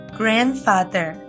grandfather